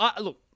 Look